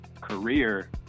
career